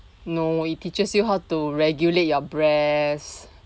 no it teaches you how to regulate your breathes